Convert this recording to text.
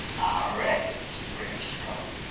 ah reckons, brer skunk,